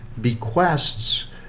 bequests